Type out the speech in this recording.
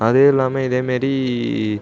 அதுவும் இல்லாமல் இதேமாரி